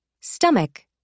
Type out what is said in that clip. Stomach